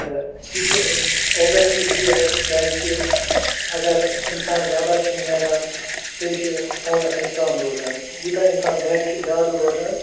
تہٕ یہِ چھُ اوٚوٮ۪سلی چھِ یہِ کیٛازِ کہِ اگر اِنسان نٮ۪بر چھِ نیران تیٚلہِ چھِ فونس سۭتۍ کم روزان یوٗتاہ اِنسان گَرِ چھِ زیادٕ روزان